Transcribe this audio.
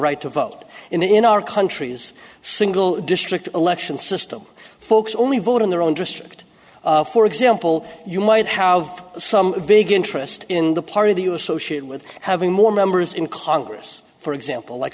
right to vote in our country's single district election system folks only vote in their own district for example you might have some big interest in the part of the you associate with having more members in congress for example like